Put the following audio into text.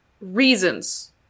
reasons